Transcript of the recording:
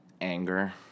Anger